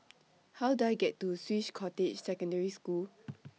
How Do I get to Swiss Cottage Secondary School